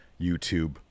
YouTube